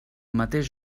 mateix